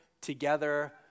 together